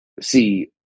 see